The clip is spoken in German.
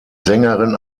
sängerin